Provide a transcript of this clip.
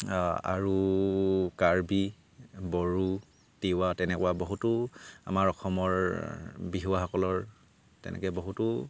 আৰু কাৰ্বি বড়ো তিৱা তেনেকুৱা বহুতো আমাৰ অসমৰ বিহুৱাসকলৰ তেনেকৈ বহুতো